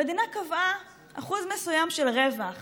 המדינה קבעה אחוז מסוים של רווח